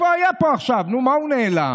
הוא היה פה עכשיו, מה הוא נעלם?